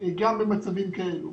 גם במצבים כאלה.